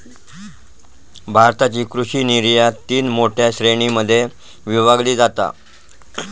भारताची कृषि निर्यात तीन मोठ्या श्रेणीं मध्ये विभागली जाता